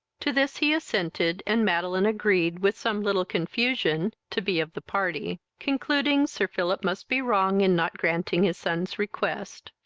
to this he assented, and madeline agreed, with some little confusion, to be of the party, concluding, sir philip must be wrong in not granting his son's request.